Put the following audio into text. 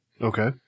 Okay